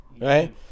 Right